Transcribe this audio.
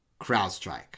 CrowdStrike